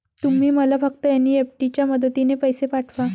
तुम्ही मला फक्त एन.ई.एफ.टी च्या मदतीने पैसे पाठवा